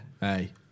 Hey